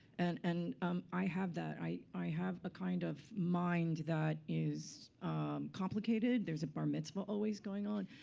and and um i have that. i i have a kind of mind that is complicated. there's a bar mitzvah always going on.